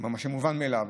מה שמובן מאליו,